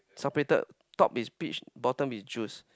separated top is beach bottom is juice